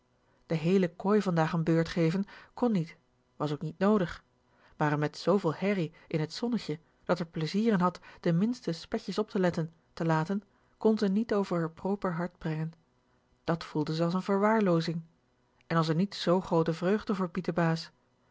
de heele kooi vandaag n b e u r t geven kon niet was ook niet nodig maar m met zooveel herrie in t zonnetje dat r plezier in had de minste spetjes op te letten te laten kon ze niet over r proper hart brengen dat voelde ze as n verwaarloozing en as n niet z groote vreugde voor